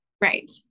right